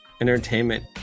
entertainment